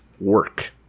Work